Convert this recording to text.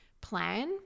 plan